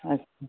अच्छा